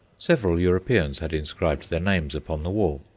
several europeans had inscribed their names upon the wall,